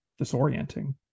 disorienting